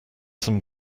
some